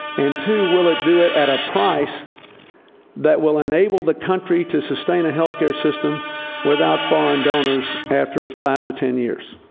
and two, will it do it at a price that will enable the country to sustain a health care system without foreign donors after five to ten years?